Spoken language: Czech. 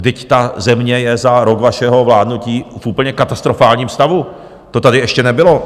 Vždyť ta země je za rok vašeho vládnutí v úplně katastrofálním stavu, to tady ještě nebylo.